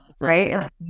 right